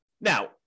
Now